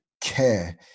care